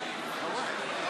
האם קיימים